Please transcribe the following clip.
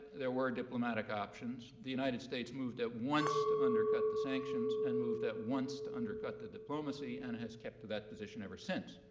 there were diplomatic options. the united states moved at once to undercut the sanctions and moved at once to undercut the diplomacy and has kept to that position ever since.